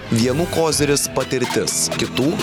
vienų koziris patirtis kitų